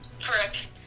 Correct